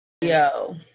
Yo